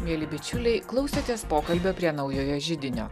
mieli bičiuliai klausotės pokalbio prie naujojo židinio